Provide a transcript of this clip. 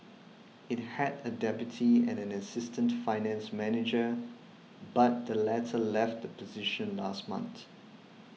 it had a deputy and an assistant finance manager but the latter left the position last month